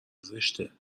زشته